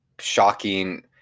shocking